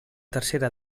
tercera